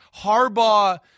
Harbaugh